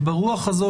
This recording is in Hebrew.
וברוח הזאת,